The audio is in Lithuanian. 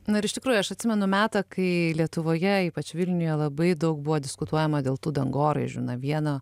na ir iš tikrųjų aš atsimenu metą kai lietuvoje ypač vilniuje labai daug buvo diskutuojama dėl tų dangoraižių na vieno